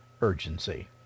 urgency